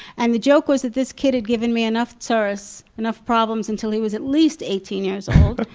and the joke was that this kid had given me enough tzores, enough problems, until he was at least eighteen years old.